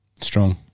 strong